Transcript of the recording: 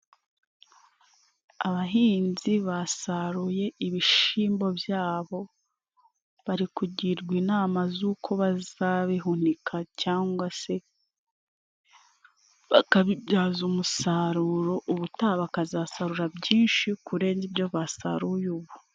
Abahinzi basaruye ibishimbo byabo, bari kugirwa inama z'uko bazabihunika cyangwa se bakabibyaza umusaruro, ubutaha bakazasarura byinshi kurenza ibyo basaruye ubu.